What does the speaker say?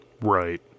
Right